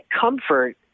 comfort